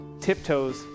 tiptoes